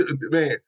Man